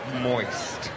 Moist